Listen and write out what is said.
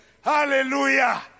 Hallelujah